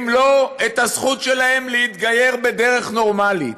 ואם לא, את הזכות שלהם להתגייר בדרך נורמלית.